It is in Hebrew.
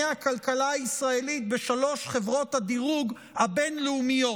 הכלכלה הישראלית בשלוש חברות הדירוג הבין-לאומיות